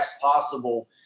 possible